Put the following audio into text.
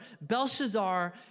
Belshazzar